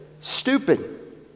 Stupid